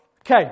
Okay